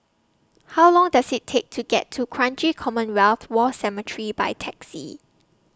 How Long Does IT Take to get to Kranji Commonwealth War Cemetery By Taxi